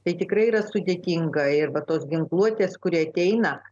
tai tikrai yra sudėtinga ir va tos ginkluotės kuri ateina